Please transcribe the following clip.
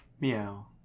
Meow